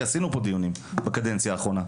כי עשינו כאן דיונים בקדנציה האחרונה,